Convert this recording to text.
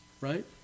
Right